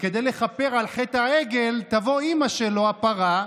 וכדי לכפר על חטא העגל תבוא אימא שלו, הפרה,